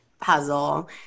puzzle